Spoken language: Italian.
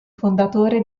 fondatore